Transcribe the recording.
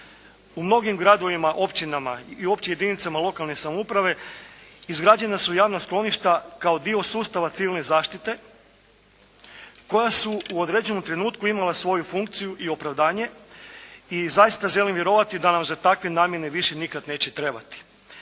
U mnogim gradovima, općinama i općim jedinicama lokalne samouprave izgrađena su javna skloništa kao dio sustava civilne zaštite koja su u određenom trenutku imala svoju funkciju i opravdanje i zaista želim vjerovati da nam za takve namjene više nikad neće trebati.